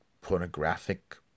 pornographic